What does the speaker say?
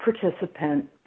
participant